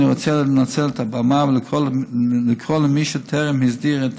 אני רוצה לנצל את הבמה ולקרוא למי שטרם הסדיר את